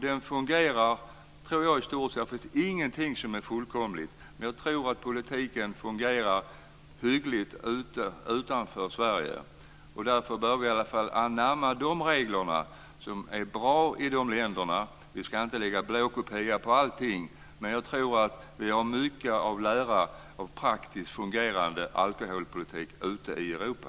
Det finns ingenting som är fullkomligt, men jag tror att politiken fungerar hyggligt utanför Sverige, därför bör vi i alla fall anamma de regler som är bra i de länderna. Vi ska inte lägga blåkopia på allting, men jag tror att vi har mycket att lära av praktiskt fungerande alkoholpolitik ute i Europa.